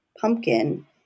pumpkin